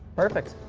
perfect.